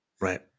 Right